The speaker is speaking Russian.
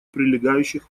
прилегающих